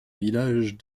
village